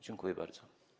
Dziękuję bardzo.